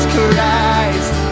Christ